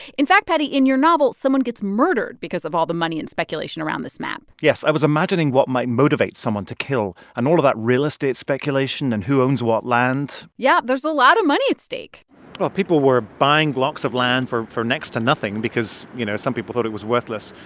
in fact, paddy, in your novel, someone gets murdered because of all the money and speculation around this map yes, i was imagining what might motivate someone to kill, and all of that real estate speculation and who owns what land yeah, there's a lot of money at stake well, people were buying blocks of land for for next to nothing because, you know, some people thought it was worthless,